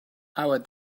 our